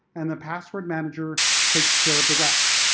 and the password manager takes care of the rest.